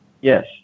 Yes